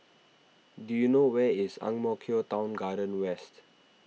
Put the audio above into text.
do you know where is Ang Mo Kio Town Garden West